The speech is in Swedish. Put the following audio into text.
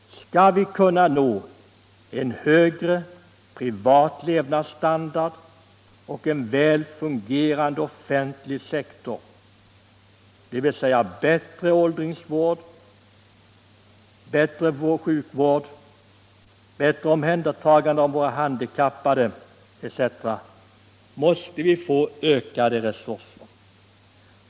Skall vi kunna nå en högre privat levnadsstandard och en väl fungerande offentlig sektor, dvs. bättre åldringsvård, sjukvård, handikappvård, etc., måste vi få ökade resurser.